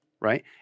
Right